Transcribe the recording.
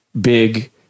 big